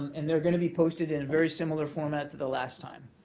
and they're going to be posted in a very similar format to the last time.